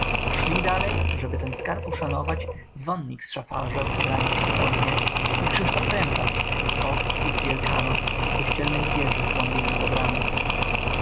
szli dalej żeby ten skarb uszanować dzwonnik z szafarzem ubrani przystojnie i krzysztof trębacz co w post i wielkanoc z kościelnej wieży trąbił na dobranoc